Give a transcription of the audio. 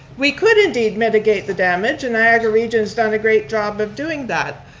we could indeed mitigate the damage, and niagara region's done a great job of doing that,